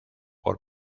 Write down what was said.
por